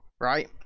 right